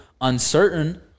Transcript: uncertain